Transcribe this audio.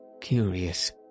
Curious